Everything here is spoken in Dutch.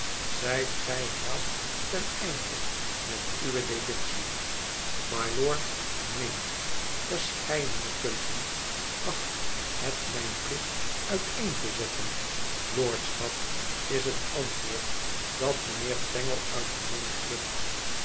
zijt gij haast ten einde met uwe deductie m'lord neen verscheidene punten acht het mijn plicht uiteen te zetten lordschap is het antwoord dat mijnhoer tangle uit den mond glipt